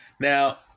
Now